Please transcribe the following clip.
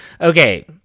Okay